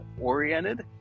oriented